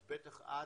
אז בטח את